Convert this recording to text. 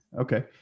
Okay